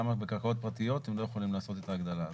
למה בקרקעות פרטיות הן לא יכולות לעשות את ההגדלה הזאת?